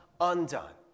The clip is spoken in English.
undone